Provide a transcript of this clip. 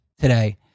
today